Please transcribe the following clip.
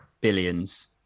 Billions